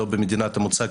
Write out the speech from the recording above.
לא במדינת המוצא,